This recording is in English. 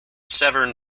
severn